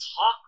talk